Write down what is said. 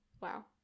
wow